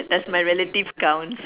does my relative count